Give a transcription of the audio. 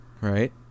right